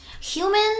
Human